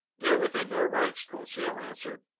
they're within their rights, conseil answered.